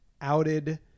outed